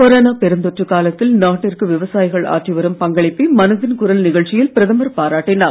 corona பெருந்தொற்று காலத்தில் நாட்டிற்கு விவசாயிகள் ஆற்றி வரும் பங்களிப்பை மனதின் குரல் நிகழ்ச்சியில் பிரதமர் பாராட்டினார்